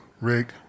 rick